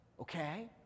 Okay